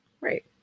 Right